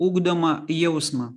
ugdomą jausmą